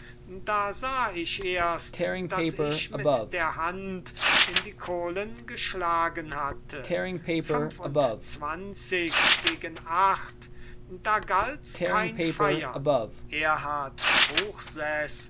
da sah ich erst daß ich mit der hand in die kohlen geschlagen hatte fünfundzwanzig gegen acht da galt's kein feiern erhard truchseß